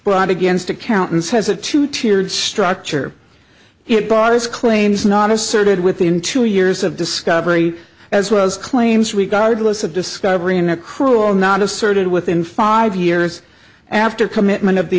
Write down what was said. brought against accountants has a two tiered structure it bars claims not asserted within two years of discovery as well as claims regard loss of discovery and the crew are not asserted within five years after commitment of the